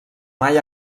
mai